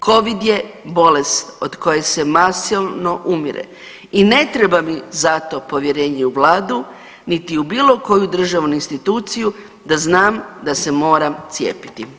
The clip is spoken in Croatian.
Covid je bolest od koje se masovno umire i ne treba mi za to povjerenje u vladu, niti u bilo koju državnu instituciju da znam da se moram cijepiti.